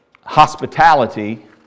Hospitality